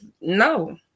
no